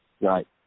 Right